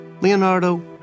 Leonardo